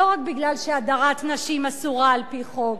לא רק בגלל שהדרת נשים אסורה על-פי חוק,